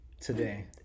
today